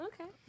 Okay